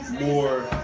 more